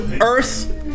earth